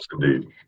Indeed